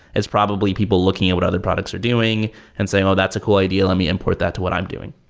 it's probably people looking at what other products are doing and say, oh, that's a cool idea. let me import that to what i'm doing.